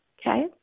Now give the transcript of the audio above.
okay